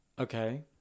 Okay